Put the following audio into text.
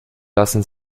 lassen